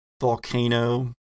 volcano